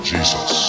Jesus